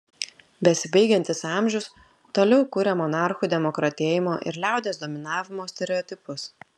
besibaigiantis amžius toliau kuria monarchų demokratėjimo ir liaudies dominavimo stereotipus